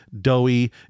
doughy